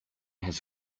his